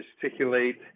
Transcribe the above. gesticulate